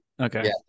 Okay